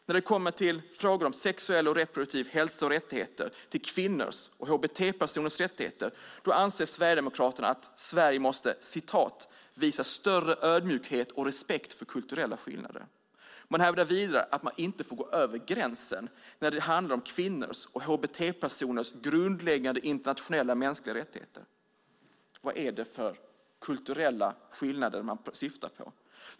När det kommer till frågor om sexuell och reproduktiv hälsa och kvinnors och hbt-personers rättigheter anser Sverigedemokraterna att Sverige måste visa större ödmjukhet och respekt för kulturella skillnader. Man hävdar vidare att man inte får gå över gränsen när det handlar om kvinnors och hbt-personers grundläggande internationella mänskliga rättigheter. Vad är det för kulturella skillnader man syftar på?